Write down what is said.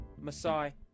Masai